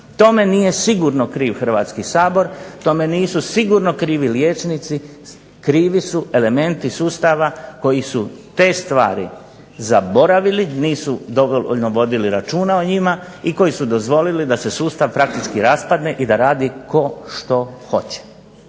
Tome nije sigurno kriv Hrvatski sabor, tome nisu sigurno krivi liječnici, krivi su elementi sustava koji su te stvari zaboravili, nisu dovoljno vodili računa o njima, i koji su dozvolili da se sustav praktički raspadne i da radi tko što hoće.